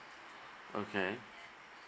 okay